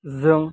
जों